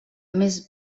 més